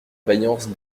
vaillance